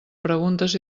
preguntes